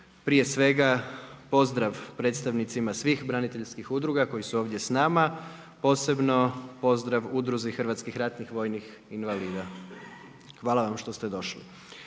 Prije svega, pozdrav predstavnicima svih braniteljskih udruga koji su ovdje s nama, posebno pozdrav Udruzi hrvatskih ratnih vojnih invalida. Hvala vam što ste došli.